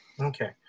Okay